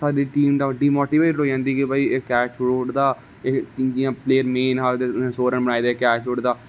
सारी टीम ते डिमोटीवेट होई जंदी कि भाई कैच छोड़ी ओड़दा जियां प्लेयर मेन हा ते सौ रन बनाए दे हे ते कैच छोड़ी ओड़दा